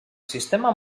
sistema